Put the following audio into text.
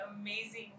amazing